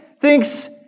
thinks